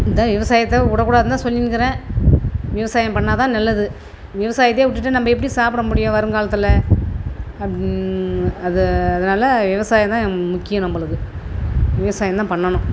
இந்த விவசாயத்தை விடக் கூடாதுனு தான் சொல்லினுக்கிறேன் விவசாயம் பண்ணிணா தான் நல்லது விவசாயத்தை விட்டுட்டு நம்ப எப்படி சாப்பிட முடியும் வருங்காலத்தில் அப்படினு அதை அதனாலே விவசாயம் தான் ம் முக்கியம் நம்பளுக்கு விவசாயம் தான் பண்ணணும்